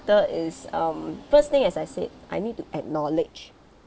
~ter is um first thing as I said I need to acknowledge